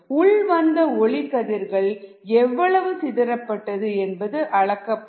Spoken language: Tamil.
உள் வந்த ஒளி கதிர்களில் எவ்வளவு சிதரப்பட்டது என்பது அளக்கப்படும்